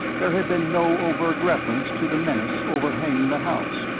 there had been no overt reference to the menace overhanging the house,